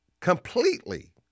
Completely